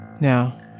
Now